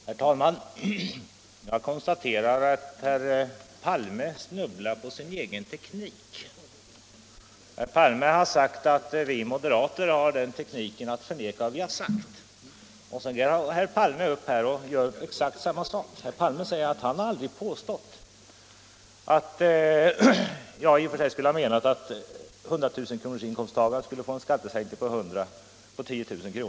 Herr talman! Jag konstaterar att herr Palme snubblar på sin egen teknik. Herr Palme har sagt att vi moderater använder oss av tekniken att förneka vad vi sagt, och så går herr Palme upp i talarstolen och gör exakt samma sak. Herr Palme säger att han aldrig påstått att jag skulle ha menat att 100 000-kronorsinkomsttagaren skulle få en skattesänkning på 10 000 kr.